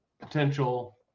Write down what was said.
potential